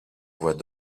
voit